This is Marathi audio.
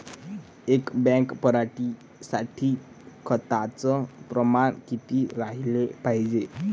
एक बॅग पराटी साठी खताचं प्रमान किती राहाले पायजे?